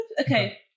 Okay